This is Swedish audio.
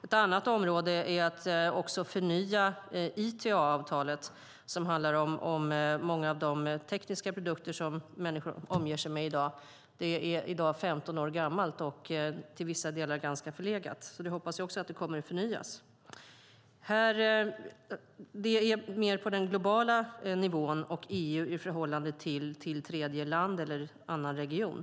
Ett annat område är att förnya ITA-avtalet, som handlar om många av de tekniska produkter människor omger sig med i dag. Det är i dag 15 år gammalt och till vissa delar ganska förlegat. Det hoppas jag alltså kommer att förnyas. Detta gäller mer på den globala nivån och för EU i förhållande till tredjeland eller annan region.